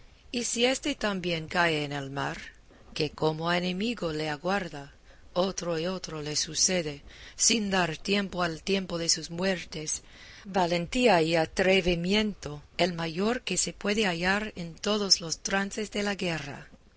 y si éste también cae en el mar que como a enemigo le aguarda otro y otro le sucede sin dar tiempo al tiempo de sus muertes valentía y atrevimiento el mayor que se puede hallar en todos los trances de la guerra